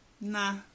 Nah